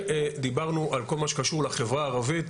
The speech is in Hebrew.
ודיברנו על כל מה שקשור לחברה הערבית